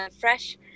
fresh